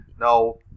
now